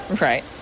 Right